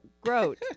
Grote